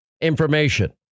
information